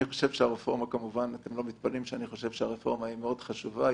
אני חושב שהרפורמה היא מאוד חשובה,